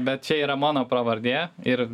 bet čia yra mano pravardė ir